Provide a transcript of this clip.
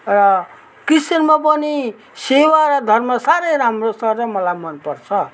र क्रिश्चियनमा पनि सेवा र धर्म साह्रै राम्रो छ र मलाई मन पर्छ